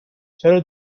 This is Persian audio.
چرا